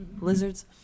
Lizards